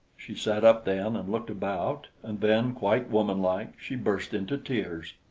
she sat up then and looked about, and then, quite womanlike, she burst into tears.